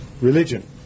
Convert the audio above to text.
religion